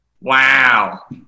Wow